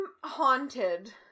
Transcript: haunted